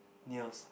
nears